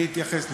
אני אתייחס לזה.